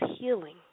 Healing